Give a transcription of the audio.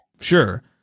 Sure